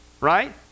right